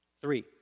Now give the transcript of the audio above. three